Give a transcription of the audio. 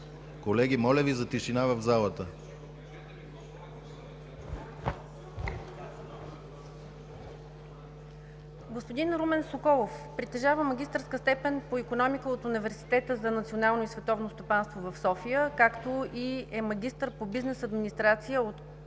Колеги, моля Ви за тишина в залата. КАРИНА КАРАИВАНОВА: Господин Румен Соколов притежава магистърска степен по икономика от Университета за национално и световно стопанство в София, както и е магистър по бизнес администрация от „Котругли“,